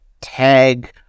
tag